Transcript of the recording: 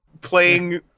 playing